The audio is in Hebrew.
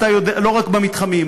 לא רק במתחמים,